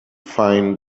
find